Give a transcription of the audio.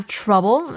trouble